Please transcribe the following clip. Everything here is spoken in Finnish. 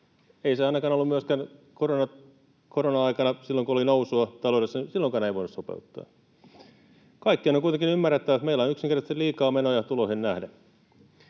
ollut ainakaan myöskään korona-aikana — silloinkaan kun oli nousua taloudessa, ei voinut sopeuttaa. Kaikkiaan on kuitenkin ymmärrettävä, että meillä on yksinkertaisesti liikaa menoja tuloihin nähden.